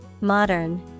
Modern